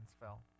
fell